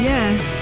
Yes